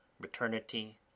maternity